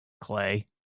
Clay